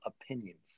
opinions